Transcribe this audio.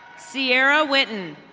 sierra winton.